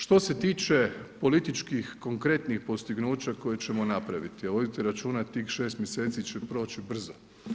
Što se tiče političkih konkretnih postignuća koje ćemo napraviti, a vodite računa tih šest mjeseci će proći brzo.